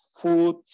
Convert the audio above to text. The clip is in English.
food